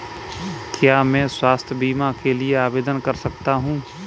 क्या मैं स्वास्थ्य बीमा के लिए आवेदन कर सकता हूँ?